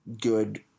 good